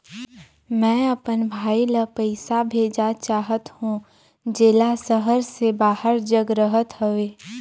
मैं अपन भाई ल पइसा भेजा चाहत हों, जेला शहर से बाहर जग रहत हवे